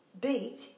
beat